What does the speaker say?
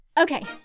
Okay